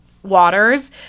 Waters